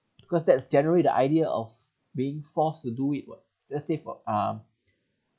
because that's generally the idea of being forced to do it [what} let's say for um